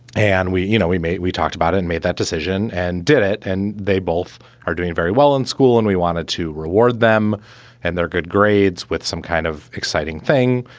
and we you know, we made we talked about it and made that decision and did it. and they both are doing very well in school. and we wanted to reward them and their good grades with some kind of exciting thing.